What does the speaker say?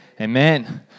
amen